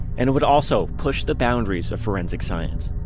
and it would also push the boundaries of forensic science.